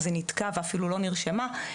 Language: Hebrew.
אז היא נתקה ואפילו לא נרשמה,